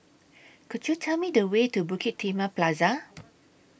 Could YOU Tell Me The Way to Bukit Timah Plaza